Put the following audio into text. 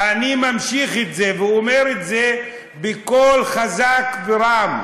אני ממשיך את זה, ואומר את זה בקול חזק ורם: